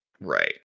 Right